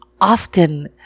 Often